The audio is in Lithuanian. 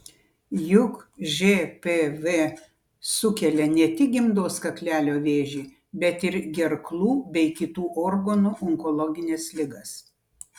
juk žpv sukelia ne tik gimdos kaklelio vėžį bet ir gerklų bei kitų organų onkologines ligas